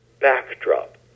backdrop